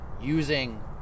using